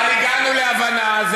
אבל הגענו להבנה.